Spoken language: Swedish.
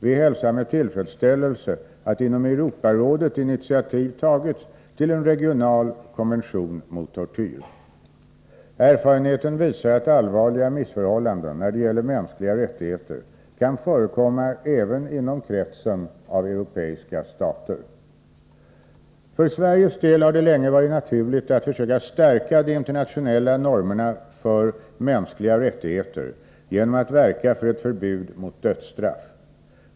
Vi hälsar med tillfredsställelse att inom Europarådet initiativ tagits till en regional konvention mot tortyr. Erfarenheten visar att allvarliga missförhållanden när det gäller mänskliga rättigheter kan förekomma även inom kretsen av europeiska stater. För Sveriges del har det länge varit naturligt att försöka stärka de internationella normerna för mänskliga rättigheter genom att verka för ett förbud mot dödsstraff.